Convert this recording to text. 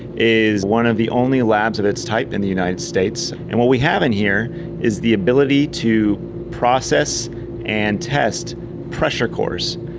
is one of the only labs of its type in the united states. and what we have in here is the ability to process and test pressure cores.